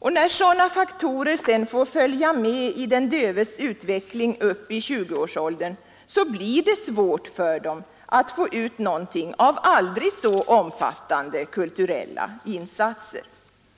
När sådana faktorer sedan får följa med i de dövas utveckling upp i 20-årsåldern, blir det svårt för dem att få ut något av aldrig så omfattande kulturella insatser.